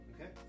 Okay